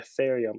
Ethereum